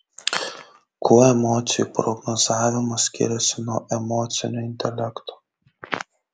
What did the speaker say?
kuo emocijų prognozavimas skiriasi nuo emocinio intelekto